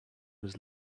was